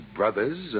brothers